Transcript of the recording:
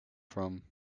from